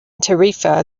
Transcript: tarifa